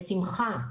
בשמחה.